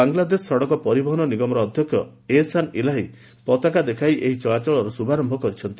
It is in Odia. ବାଂଲାଦେଶ ସଡ଼କ ପରିବହନ ନିଗମର ଅଧ୍ୟକ୍ଷ ଏହସାନ୍ ଇଲାହୀ ପତାକା ଦେଖାଇ ଏହି ଚଳାଚଳର ଶୁଭାରମ୍ଭ କରିଛନ୍ତି